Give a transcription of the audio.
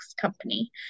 company